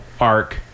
arc